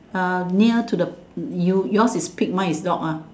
uh near to the you yours is pig mine is dog ah